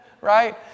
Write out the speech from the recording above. right